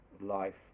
life